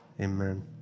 amen